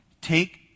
Take